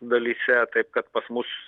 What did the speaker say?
dalyse tai kad pas mus